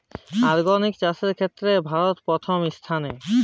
organic চাষের ক্ষেত্রে ভারত প্রথম স্থানে